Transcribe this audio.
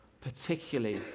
particularly